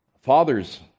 Fathers